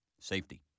Safety